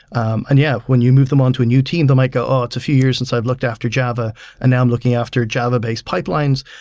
um and yeah, when you move them on to a new team, they might go, oh, it's a few years since i've looked after java and now i'm looking after java-based pipelines,